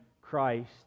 Christ